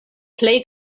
plej